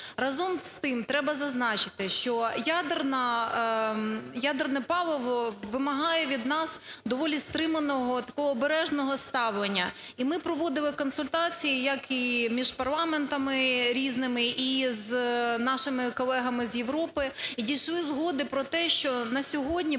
Разом з тим треба зазначити, що ядерне паливо вимагає від нас доволі стриманого та обережного ставлення. І ми проводили консультації як і між парламентами різними, і з нашими колегами з Європи, і дійшли згоди про те, що на сьогодні було